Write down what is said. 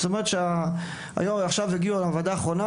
בוועדה האחרונה,